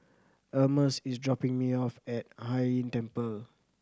Almus is dropping me off at Hai Inn Temple